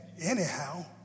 anyhow